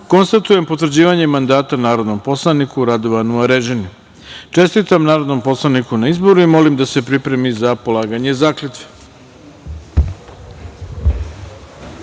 konstatujem potvrđivanje mandata narodnom poslaniku Radovanu Arežini. Čestitam narodnom poslaniku na izboru i molim da se pripremi za polaganje zakletve. Poštovani